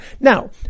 Now